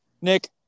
Nick